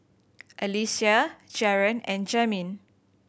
Alysia Jaron and Jamin